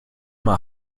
mal